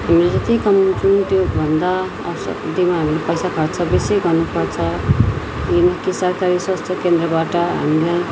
हामीले जति कमाउछौँ त्यो भन्दा औषधीमा हामीले पैसा खर्च बेसी गर्नु पर्छ फ्रिमा के सरकारी स्वास्थ्य केन्द्रबाट हामीलाई